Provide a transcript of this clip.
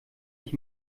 ich